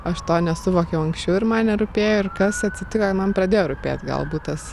aš to nesuvokiau anksčiau ir man nerūpėjo ir kas atsitiko kad man pradėjo rūpėt galbūt tas